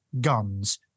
guns